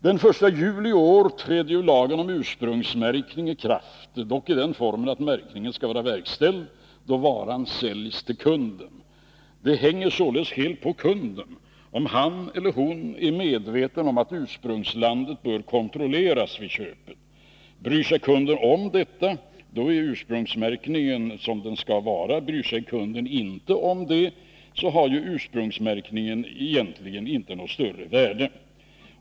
Den 1 juli i år träder ju lagen om ursprungsmärkning i kraft, dock i den formen att märkningen skall vara verkställd då varan säljs till kunden. Det hänger således helt på kunden, om han eller hon är medveten om att ursprungsnamnet bör kontrolleras före köpet. Bryr sig kunden om detta, då är ursprungsmärkningen som den skall vara. Bryr sig kunden inte om det, har ju ursprungsmärkningen egentligen inte något större värde.